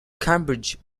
cambridge